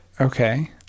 Okay